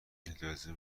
اجازه